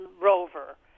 Rover